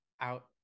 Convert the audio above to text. out